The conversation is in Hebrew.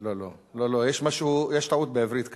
לא לא, יש משהו, יש טעות בעברית כאן.